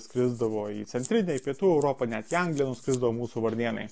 skrisdavo į centrinę į pietų europą net į angliją nuskrisdavo mūsų varnėnai